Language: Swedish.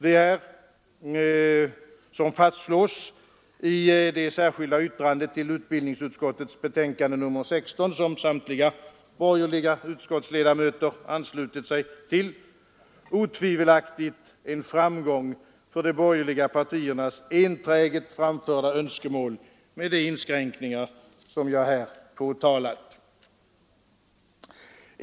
Det är, som fastslås i det särskilda yttrandet till utbildningsutskottets betänkande nr 16 som samtliga borgerliga utskottsledamöter anslutit sig till, otvivelaktigt en framgång för de borgerliga partiernas enträget framförda önskemål, med de inskränkningar som jag här nämnt.